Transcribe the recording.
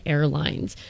Airlines